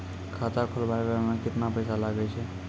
खाता खोलबाबय मे केतना पैसा लगे छै?